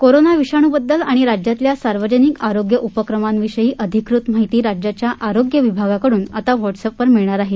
corona विषाणू बद्दल व राज्यातल्या सार्वजनिक आरोग्य उपक्रमांविषयी अधिकृत माहिती राज्याच्या आरोग्य विभागाकडून आता व्हॉट्सअपवर मिळणार आहे